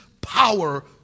power